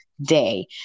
day